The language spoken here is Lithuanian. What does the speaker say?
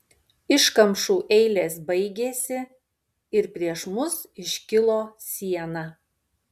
iškamšų eilės baigėsi ir prieš mus iškilo siena